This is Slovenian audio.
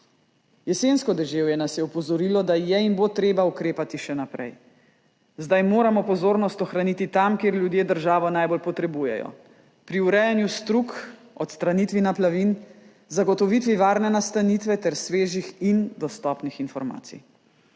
Jesensko deževje nas je opozorilo, da je in bo treba ukrepati še naprej. Zdaj moramo pozornost ohraniti tam, kjer ljudje državo najbolj potrebujejo – pri urejanju strug, odstranitvi naplavin, zagotovitvi varne nastanitve ter svežih in dostopnih informacij.